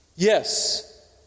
Yes